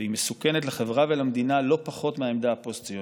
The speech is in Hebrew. והיא מסוכנת לחברה ולמדינה לא פחות מהעמדה הפוסט-ציונית.